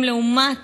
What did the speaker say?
לעומת,